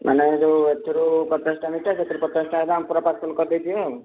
ମାନେ ଯେଉଁ ଏଥିରୁ ପଚାଶଟା ମିଠା ସେଥିରୁ ପଚାଶଟା ପାର୍ସଲ୍ କରିଦେଇ ଥିବେ ଆଉ